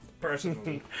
personally